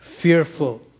fearful